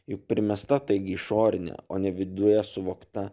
juk primesta taigi išorinė o ne viduje suvokta